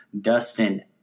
Dustin